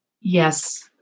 yes